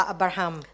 Abraham